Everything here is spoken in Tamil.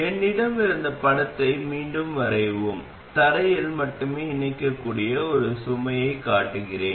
என்னிடம் இருந்த படத்தை மீண்டும் வரையவும் தரையில் மட்டுமே இணைக்கக்கூடிய ஒரு சுமையைக் காட்டுகிறேன்